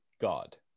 god